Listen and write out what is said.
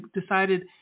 decided